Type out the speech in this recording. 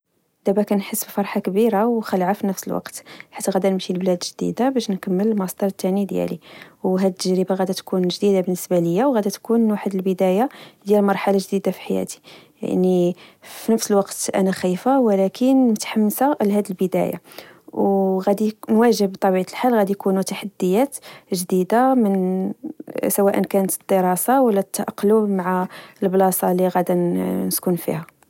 دابا كنحس بفرحة كبيرة وخلعة في نفس الوقت ، حيث غادي نمشي لبلاد جديدة باش نكمل الماستر التاني ديالي. هاد تجربة جديدة بالنسبة لي، وغدا تكون بداية ديال مرحلة جديدة فحياتي. يعني في نفس الوقت، أنا خايفة ولكن متحمسة لهاد البداية وغدي نواجه بطبيعة الحال غدي يكونو تحديات جديدة سواءا كنت الدراسة ولا التأقلم مع البلاصة لغدا نسكن فيها